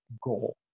goal